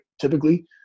typically